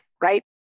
right